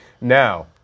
Now